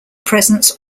presence